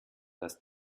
das